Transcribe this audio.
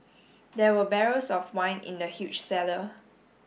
there were barrels of wine in the huge cellar